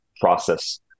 process